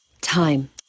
Time